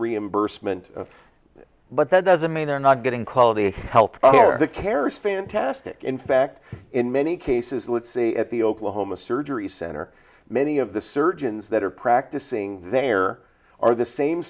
reimbursement but that doesn't mean they're not getting quality health care is fantastic in fact in many cases let's say at the oklahoma surgery center many of the surgeons that are practicing there are the same